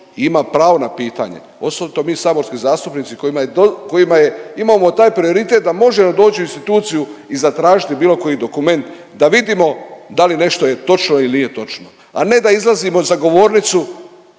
ima pravo na pitanje osobito mi saborski zastupnici kojima je, imamo taj prioritet da možemo doći u instituciju i zatražiti bilo koji dokument, da vidimo da li nešto je točno ili nije točno, a ne da izlazimo za govornicu